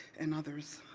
and others.